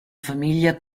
famiglia